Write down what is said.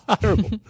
Terrible